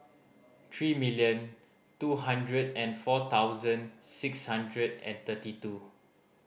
three million two hundred and four thousand six hundred and thirty two